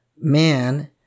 man